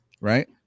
right